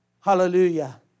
Hallelujah